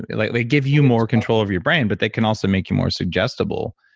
like they give you more control over your brain, but they can also make you more suggestible.